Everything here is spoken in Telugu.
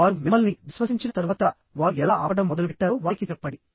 వారు మిమ్మల్ని విశ్వసించిన తర్వాత వారు ఎలా ఆపడం మొదలుపెట్టారో వారికి చెప్పండి